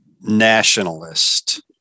nationalist